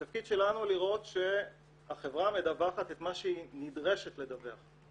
התפקיד שלנו הוא לראות שהחברה מדווחת את מה שהיא נדרשת לדווח.